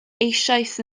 eisoes